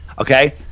okay